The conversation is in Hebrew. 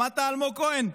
שמעת, אלמוג כהן?